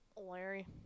Larry